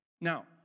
Now